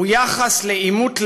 הוא יחס לעימות לאומי,